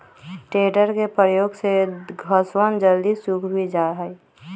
tedder के प्रयोग से घसवन जल्दी सूख भी जाहई